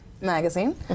magazine